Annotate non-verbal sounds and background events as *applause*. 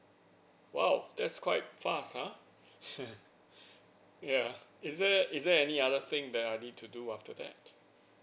!wow! that's quite fast ha *laughs* ya is there is there any other thing that I need to do after that